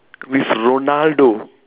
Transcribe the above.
with Ronaldo